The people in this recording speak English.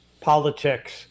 politics-